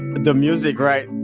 the music, right,